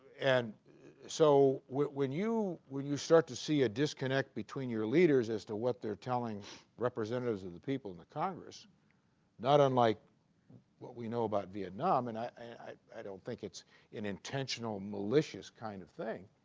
and so when you when you start to see a disconnect between your leaders as to what they're telling representatives of the people in the congress not unlike what we know about vietnam and i i don't think it's an intentional malicious kind of thing